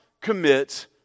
commit